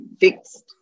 fixed